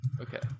Okay